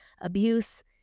abuse